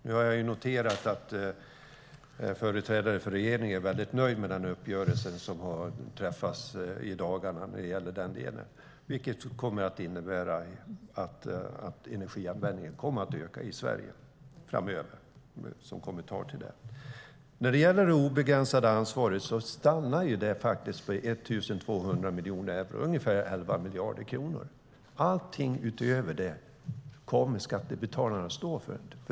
Nu har jag noterat att företrädare för regeringen är mycket nöjda med den uppgörelse som har träffats i dagarna när det gäller detta, vilket kommer att innebära att energianvändningen kommer att öka i Sverige framöver. När det gäller det obegränsade ansvaret stannar det på 1 200 miljoner euro, ungefär 11 miljarder kronor. Allt utöver det kommer skattebetalarna att stå för.